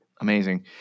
Amazing